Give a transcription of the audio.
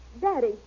Daddy